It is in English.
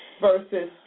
versus